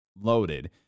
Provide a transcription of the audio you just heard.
loaded